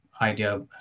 idea